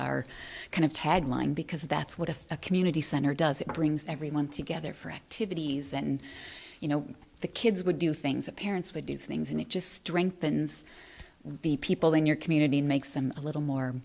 our kind of tagline because that's what if a community center does it brings everyone together for activities and you know the kids would do things that parents would do things and it just strengthens the people in your community makes them a little